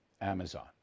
Amazon